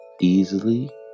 easily